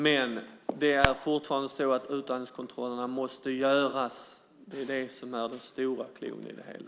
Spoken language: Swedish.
Men det är fortfarande så att utandningskontroller måste göras. Det är den stora frågan i det hela.